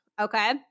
Okay